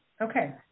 okay